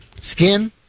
Skin